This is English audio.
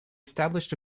established